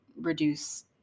reduce